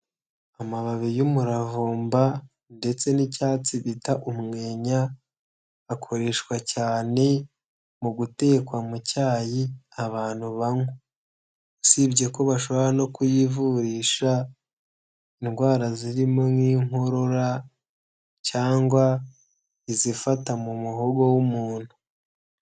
Amababi y'umuravumba ndetse n'icyatsi bita umwenya, akoreshwa cyane mu gutekwa mu cyayi abantu banywa, usibye ko bashobora no kuyivurisha indwara zirimo nk'Inkorora cyangwa izifata mu muhogo w'umuntu.